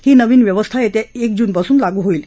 ही नवीन व्यवस्था येत्या एक जूनपासून लागू होईल